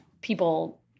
people